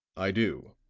i do.